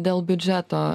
dėl biudžeto